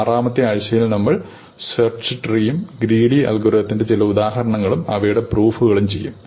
ആറാമത്തെ ആഴ്ചയിൽ നമ്മൾ സെർച് ട്രീയും ഗ്രീഡി അൽഗോരിതത്തിന്റെ ചില ഉദാഹരണങ്ങളും അവയുടെ പ്രൂഫുകളും ചെയ്യും